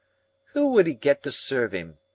who would e get to serve im?